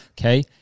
Okay